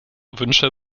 wünsche